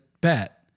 bet